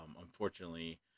unfortunately